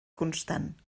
constant